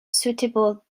suitable